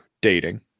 dating